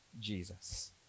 Jesus